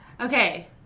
Okay